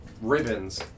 ribbons